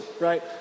right